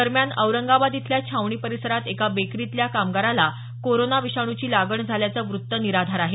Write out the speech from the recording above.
दरम्यान औरंगाबाद इथल्या छावणी परिसरात एका बेकरीतल्या कामगाराला कोरोना विषाणूची लागण झाल्याचं वृत्त निराधार आहे